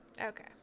Okay